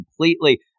completely